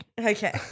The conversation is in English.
Okay